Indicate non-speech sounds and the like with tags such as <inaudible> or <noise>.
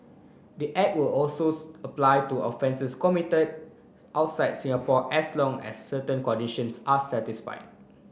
the Act will <unintelligible> apply to offences committed outside Singapore as long as certain conditions are satisfied